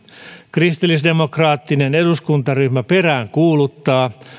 kristillisdemokraattinen eduskuntaryhmä peräänkuuluttaa